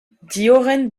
diorren